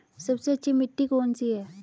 सबसे अच्छी मिट्टी कौन सी है?